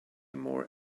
more